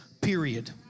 period